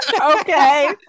Okay